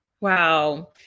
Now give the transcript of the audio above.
Wow